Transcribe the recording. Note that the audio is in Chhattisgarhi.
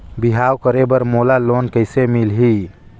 बिहाव करे बर मोला लोन कइसे मिलही?